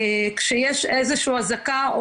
כשיש איזשהו אזעקה,